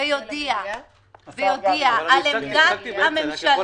ויודיע על עמדת הממשלה --- אבל הפסקתי באמצע.